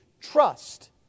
trust